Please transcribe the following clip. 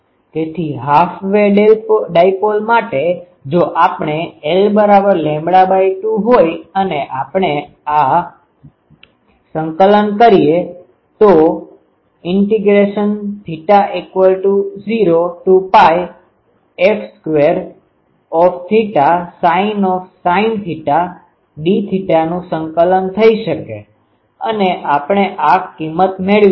તેથી half wave dipole માટે જો આપણે l2 હોઈ અને આપણે આ સંકલન કરીએ θ૦F2θ sin dθ નુ સંકલન થઇ શકે અને આપણે આ કિમત મેળવીશું